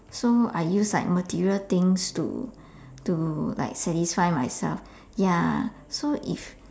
so I used like material things to to like satisfy myself ya so if